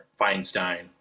Feinstein